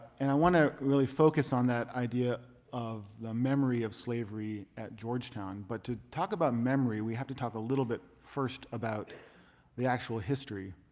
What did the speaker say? and i want to really focus on that idea of the memory of slavery at georgetown. but to talk about memory, we have to talk a little bit first about the actual history.